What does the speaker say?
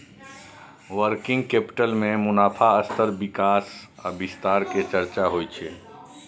working capital में मुनाफ़ा स्तर विकास आ विस्तार के चर्चा होइ छइ